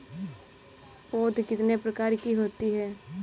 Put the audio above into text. पौध कितने प्रकार की होती हैं?